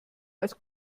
als